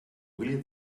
agree